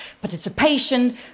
participation